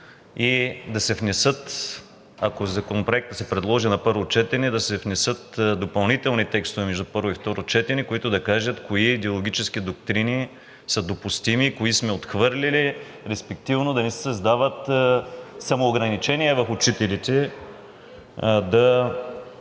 и да се внесат, ако Законопроектът се предложи на първо четене, да се внесат допълнителни текстове между първо и второ четене, които да кажат кои идеологически доктрини са допустими, кои сме отхвърлили. Респективно да не се създават самоограничения в учителите да